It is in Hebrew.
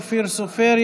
אופיר סופר,